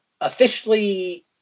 Officially